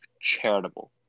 charitable